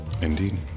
Indeed